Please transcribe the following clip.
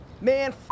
Man